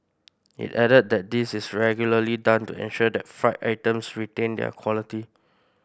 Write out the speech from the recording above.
it added that this is regularly done to ensure that fried items retain their quality